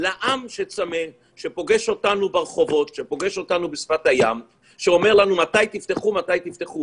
שצמא ושואל אותנו מתי נפתח.